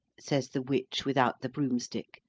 says the witch without the broomstick,